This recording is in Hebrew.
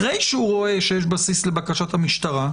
אחרי שהוא רואה שיש בסיס לבקשת המשטרה,